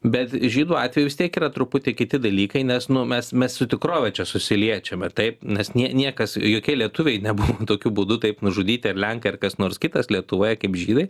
bet žydų atveju vis tiek yra truputį kiti dalykai nes nu mes mes su tikrove čia susiliečiame taip nes niekas jokie lietuviai nebuvo tokiu būdu taip nužudyti ar lenkai ar kas nors kitas lietuvoje kaip žydai